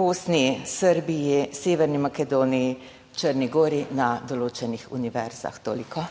Bosni, Srbiji, Severni Makedoniji, Črni gori na določenih univerzah. Toliko.